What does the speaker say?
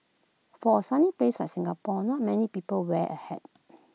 for A sunny place like Singapore not many people wear A hat